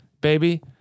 baby